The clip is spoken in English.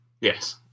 Yes